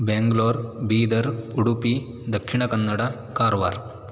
Bangalore Bidar Udupi Dakshina Kannada Karwar